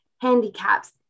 handicaps